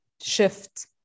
shift